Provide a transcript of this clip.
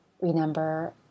Remember